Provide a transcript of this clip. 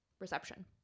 Reception